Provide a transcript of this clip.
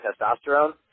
testosterone